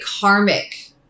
karmic